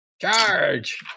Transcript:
Charge